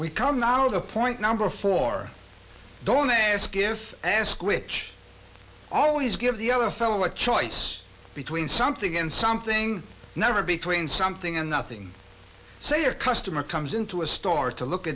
we come now to the point number four don't ask if ask which always give the other fellow a choice between something in something never between something and nothing so your customer comes into a store to look